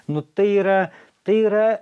nu tai yra tai yra